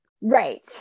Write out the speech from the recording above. Right